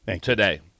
today